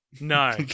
no